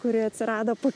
kuri atsirado po